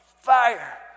Fire